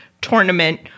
tournament